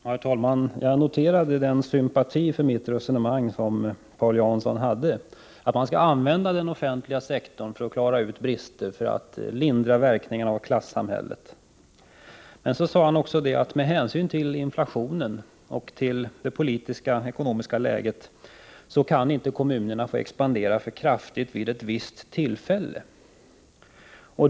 Herr talman! Jag noterade Paul Janssons sympati för mitt resonemang, dvs. att man skall använda den offentliga sektorn för att klara ut brister och för att lindra verkningarna av klassamhället. Men så sade han också att med hänsyn till inflationen och till det politiska ekonomiska läget kan kommunerna inte få expandera för kraftigt vid ett visst tillfälle.